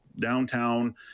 downtown